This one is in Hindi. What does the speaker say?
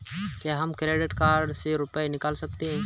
क्या हम क्रेडिट कार्ड से रुपये निकाल सकते हैं?